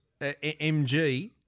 MG